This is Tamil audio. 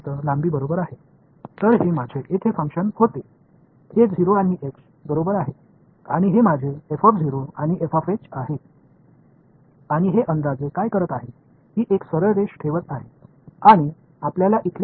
எனவே நாம் பார்த்தது ட்ரெப்சாய்டல் விதி 0 முதல் h வரை ஒரு இன்டெக்ரலாக இருந்தது எல்லோரும் இப்போது நன்கு அறிந்திருக்கிறார்கள் மற்றும் நீளம் 0 வில் மற்றும் நீளம் h இல்